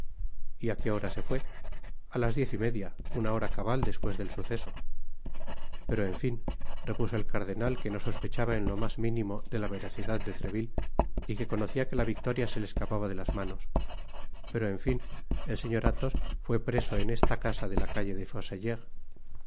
y á que hora se fué a las diez y media una hora cabal despues del suceso pero en fin repuso el cardenal que no sospechaba en lo mas mínimo de la veracidad de treville y que conocía que la victoria se le escapaba de las manos pero en fin el señor athos fué preso en esta casa de la calle de